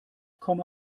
komme